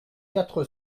quatre